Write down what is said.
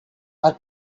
our